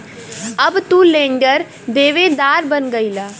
अब तू लेंडर देवेदार बन गईला